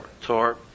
Tor